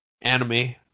anime